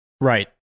Right